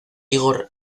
igor